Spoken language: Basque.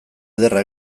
ederra